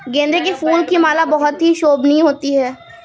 गेंदे के फूल की माला बहुत ही शोभनीय होती है